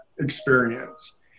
experience